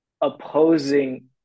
opposing